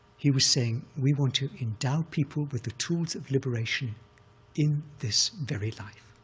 he was saying, we want to endow people with the tools of liberation in this very life.